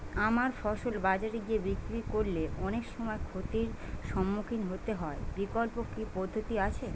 আমার ফসল বাজারে গিয়ে বিক্রি করলে অনেক সময় ক্ষতির সম্মুখীন হতে হয় বিকল্প কি পদ্ধতি আছে?